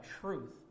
truth